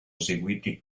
eseguiti